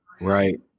right